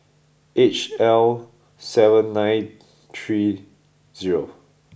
H L seven nine three zero